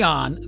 on